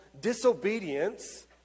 disobedience